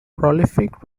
prolific